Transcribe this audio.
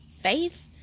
faith